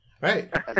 Right